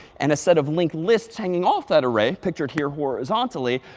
and a set of linked lists hanging off that array, pictured here horizontally,